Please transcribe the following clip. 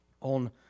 on